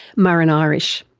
muireann irish.